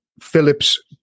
Phillips